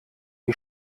die